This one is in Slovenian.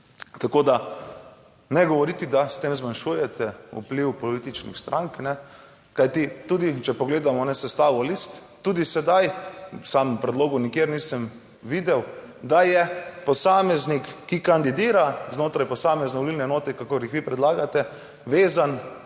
Tako da, ne govoriti, da s tem zmanjšujete vpliv političnih strank, ne. Kajti tudi če pogledamo sestavo list, tudi sedaj v samem predlogu nikjer nisem videl, da je posameznik, ki kandidira znotraj posamezne volilne enote, kakor jih vi predlagate, vezan